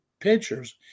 pitchers